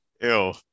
Ew